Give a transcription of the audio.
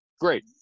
great